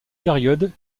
période